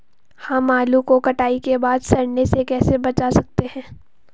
हम आलू को कटाई के बाद सड़ने से कैसे बचा सकते हैं?